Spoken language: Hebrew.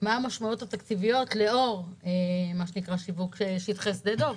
מה המשמעויות התקציביות לאור מה שנקרא שיווק שטחי דב.